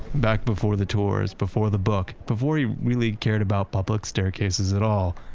back before the tours, before the book, before he really cared about public staircases at all,